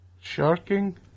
Sharking